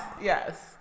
Yes